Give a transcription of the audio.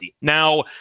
Now